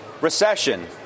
recession